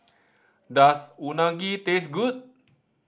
does Unagi taste good